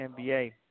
NBA